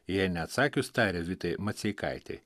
jai neatsakius tarė vitai maceikaitei